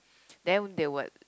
then they would